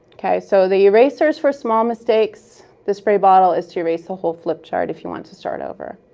okay? so the eraser is for small mistakes, the spray bottle is to erase the whole flip chart if you want to start over.